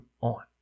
on